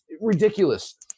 ridiculous